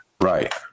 Right